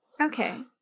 Okay